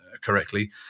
correctly